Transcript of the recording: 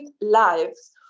lives